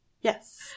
Yes